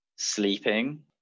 sleeping